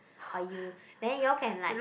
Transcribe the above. or you then you all can like